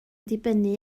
dibynnu